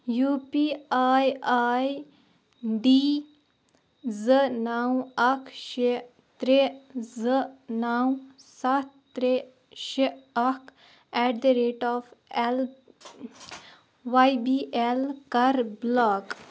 U P I I D زٕ نَو اکھ شےٚ ترٛےٚ زٕ نَو سَتھ ترٛےٚ شےٚ اکھ at the rate of L Y B L کَر بلاک